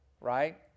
right